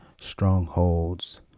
strongholds